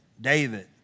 David